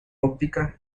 óptica